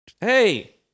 hey